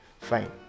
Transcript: Fine